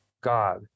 God